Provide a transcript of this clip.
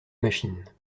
machine